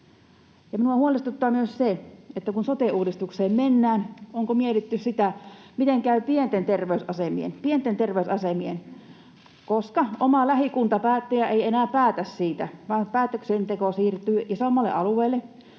Minua huolestuttaa myös se, että kun sote-uudistukseen mennään, onko mietitty sitä, miten käy pienten terveysasemien, koska oma lähikuntapäättäjä ei enää päätä siitä vaan päätöksenteko siirtyy isommalle alueelle,